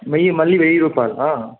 వెయ్యి మల్లి వెయ్యి రూపాయలా